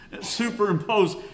superimpose